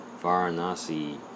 Varanasi